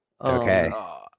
Okay